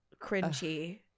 cringy